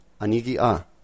Anigi-a